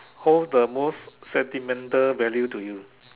hold the most sentimental value to you